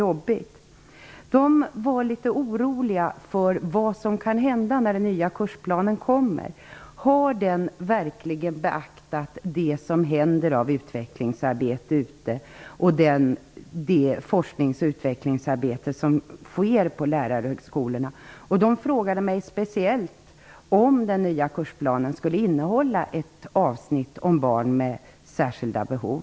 De var litet oroliga för vad som kan hända när den nya kursplanen kommer. De undrade om utvecklingsarbetet som pågår ute i skolorna och det forsknings och utvecklingsarbete som bedrivs på lärarhögskolorna verkligen beaktas i läroplanen. De frågade mig speciellt om den nya kursplanen skulle innehålla något avsnitt om barn med särskilda behov.